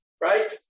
Right